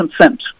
consent